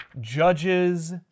judges